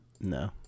no